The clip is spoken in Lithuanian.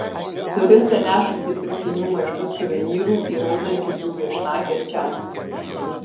turistai nešasi pirkinių maišus suvenyrų įrodančių jų viešnagę čia